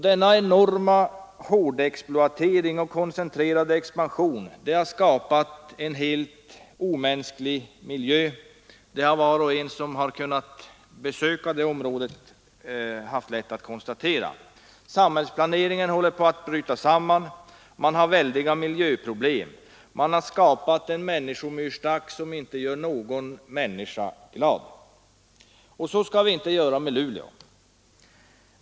Denna enorma hårdexploatering och koncentrerade expansion har skapat en helt omänsklig miljö. Det har var och en som haft tillfälle att besöka detta område lätt kunnat konstatera. Samhällsplaneringen håller på att bryta samman, och man har väldiga miljöproblem. Man har skapat en människomyrstack som inte gör någon människa glad. Så skall vi inte göra med Luleå.